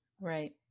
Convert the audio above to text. Right